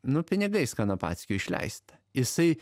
nu pinigais kanapackio išleista jisai